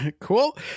Cool